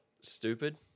stupid